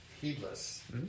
heedless